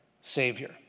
Savior